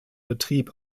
betrieb